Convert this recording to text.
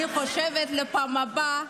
אני חושבת, לפעם הבאה,